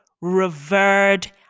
revered